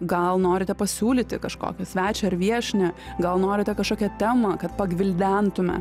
gal norite pasiūlyti kažkokį svečią ar viešnią gal norite kažkokią temą kad pagvildentume